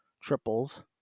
triples